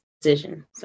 decision